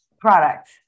product